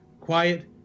quiet